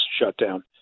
shutdown